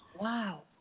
Wow